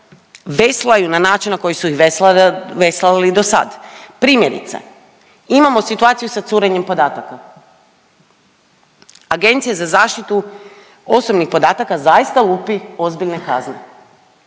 veslaju na način na koji su ih veslali do sad. Primjerice, imamo situaciju sa curenjem podataka, agencija za zaštitu osobnih podataka zaista lupi ozbiljne kazne